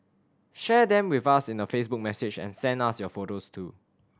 share them with us in a Facebook message and send us your photos too